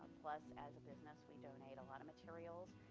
plus, as a business, we donate a lot of materials.